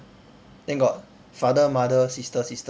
then got father mother sister sister